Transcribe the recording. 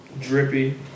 Drippy